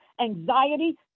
anxiety